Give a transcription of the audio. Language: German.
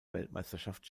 weltmeisterschaft